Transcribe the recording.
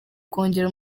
kongera